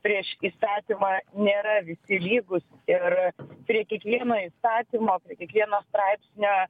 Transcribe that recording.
prieš įstatymą nėra visi lygūs ir prie kiekvieno įstatymo prie kiekvieno straipsnio